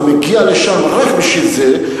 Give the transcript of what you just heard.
זה מגיע לשם רק בשביל זה,